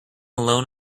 alone